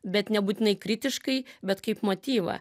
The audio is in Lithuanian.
bet nebūtinai kritiškai bet kaip motyvą